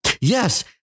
Yes